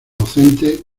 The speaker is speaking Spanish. docente